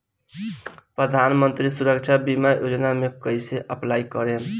प्रधानमंत्री सुरक्षा बीमा योजना मे कैसे अप्लाई करेम?